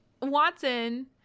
Watson